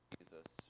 Jesus